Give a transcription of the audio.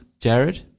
Jared